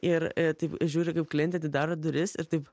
ir taip žiūriu kaip klietė atidaro duris ir taip